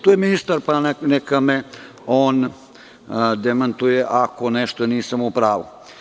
Tu je ministar, pa neka me on demantuje ako nešto nisam u pravu.